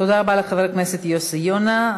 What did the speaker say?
תודה רבה לחבר הכנסת יוסי יונה.